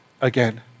again